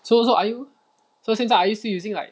so so are you so 现在 are you still using like